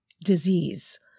disease